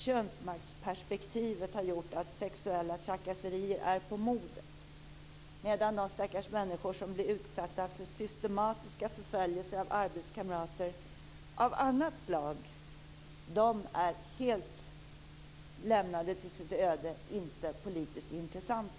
Könsmaktsperspektivet har gjort att sexuella trakasserier är på modet, medan de stackars människor som utsätts för systematiska förföljelser av annat slag från arbetskamrater är helt lämnade åt sitt öde; de är inte politiskt intressanta.